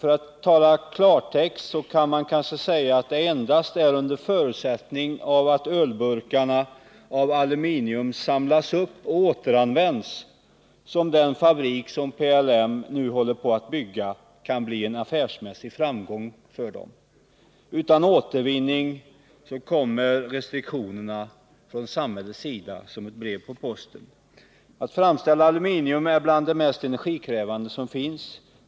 För att tala klartext kan man kanske säga att det endast är under förutsättning att ölburkarna av aluminium samlas upp och återanvänds som den fabrik som PLM nu håller på att bygga kan bli en affärsmässig framgång för företaget. Utan återvinning kommer restriktionerna från samhällets sida som ett brev på posten. Att framställa aluminium är bland det mest energikrävande som finns.